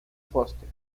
foster